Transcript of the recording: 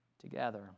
together